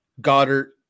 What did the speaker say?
Goddard